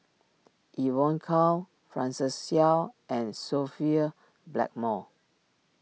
Evon Kow Francis Seow and Sophia Blackmore